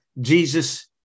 Jesus